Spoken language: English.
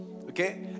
okay